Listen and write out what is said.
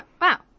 wow